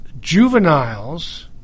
juveniles